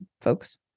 folks